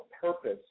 purpose